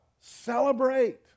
celebrate